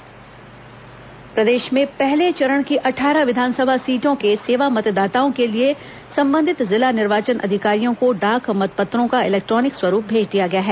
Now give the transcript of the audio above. ई डाक मतपत्र प्रदेश में पहले चरण की अट्ठारह विधानसभा सीटों के सेवा मतदाताओं के लिए संबंधित जिला निर्वाचन अधिकारियों को डाक मतपत्रों का इलेक्ट्रॉनिक स्वरूप भेज दिया गया है